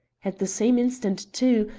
at the same instant, too,